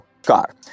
car